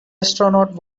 astronaut